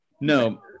no